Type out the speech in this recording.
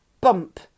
Bump